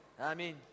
Amen